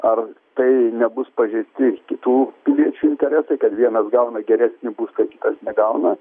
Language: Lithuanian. ar tai nebus pažeisti kitų piliečių interesai kad vienas gauna geresnį būstą kitas negauna